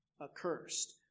accursed